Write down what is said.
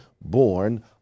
born